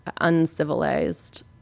uncivilized